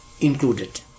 included